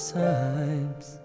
times